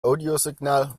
audiosignal